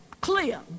clear